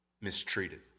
mistreated